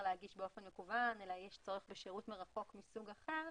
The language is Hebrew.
להגיש באופן מקוון אלא יש צורך בשירות מרחוק מסוג אחר,